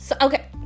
okay